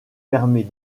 permet